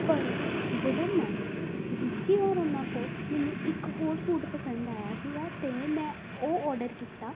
ਪਰ ਜਦੋਂ ਮੈਂ ਦੂਜੀ ਵਾਰ ਉਨ੍ਹਾਂ ਕੋਲ ਮੈਨੂੰ ਇੱਕ ਹੋਰ ਸੂਟ ਪਸੰਦ ਆਇਆ ਸੀਗਾ ਅਤੇ ਮੈਂ ਉਹ ਔਡਰ ਕੀਤਾ